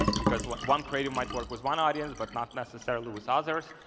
because because one creative might work with one audience but not necessarily with others.